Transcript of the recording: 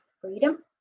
freedom